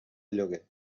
lloguer